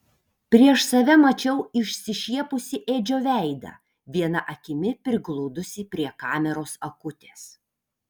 prieš save mačiau išsišiepusį edžio veidą viena akimi prigludusį prie kameros akutės